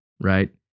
right